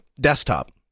desktop